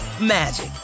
magic